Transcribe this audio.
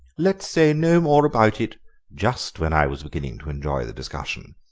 let's say no more about it just when i was beginning to enjoy the discussion.